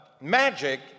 magic